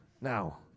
Now